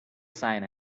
sign